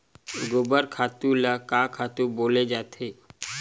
गोबर खातु ल का खातु बोले जाथे?